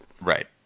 Right